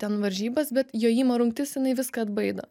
ten varžybas bet jojimo rungtis jinai viską atbaido